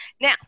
Now